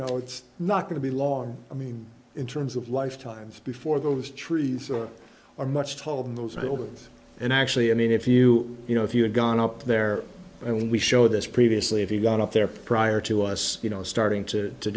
know it's not going to be long i mean in terms of life times before those trees or are much told those are the old ones and actually i mean if you you know if you had gone up there and we show this previously if you want up there prior to us you know starting to